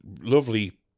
lovely